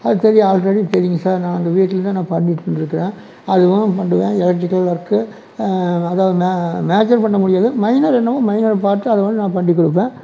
அது தெரியும் ஆல்ரெடி தெரியும் சார் நான் அந்த வீட்டில் இருந்தே நான் பண்ணிகிட்டு இருந்திருக்கறேன் அது கூட பண்ணுவேன் எலெக்ட்ரிக்கல் ஒர்க் அதாவது மே மேஜர் பண்ண முடியாது மைனர் என்னவோ மைனரை பார்த்து அதை வேணா நான் பண்ணிக் கொடுப்பேன்